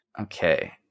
Okay